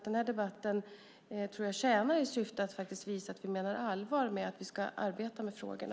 Den här debatten tror jag tjänar sitt syfte att visa att vi menar allvar med att vi ska arbeta med frågorna.